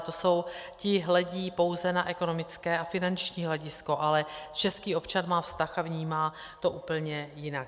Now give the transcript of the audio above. To jsou, ti hledí pouze na ekonomické a finanční hledisko, ale český občan má vztah a vnímá to úplně jinak.